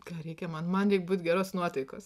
ką reikia man man reik būt geros nuotaikos